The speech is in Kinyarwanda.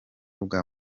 bwa